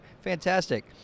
Fantastic